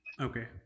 Okay